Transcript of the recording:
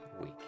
week